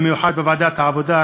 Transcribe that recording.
במיוחד בוועדת העבודה,